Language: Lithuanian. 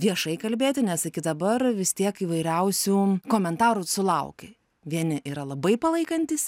viešai kalbėti nes iki dabar vis tiek įvairiausių komentarų sulauki vieni yra labai palaikantys